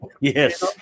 yes